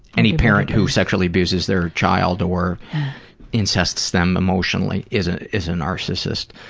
any parent who sexually abuses their child or incests them emotionally is ah is a narcissist.